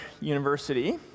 University